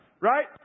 Right